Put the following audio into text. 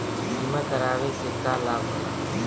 बीमा करावे से का लाभ होला?